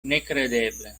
nekredeble